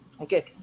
Okay